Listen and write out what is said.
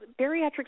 bariatric